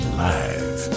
live